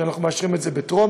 היא שאנחנו מאשרים את זה בטרומית,